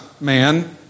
man